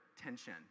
tension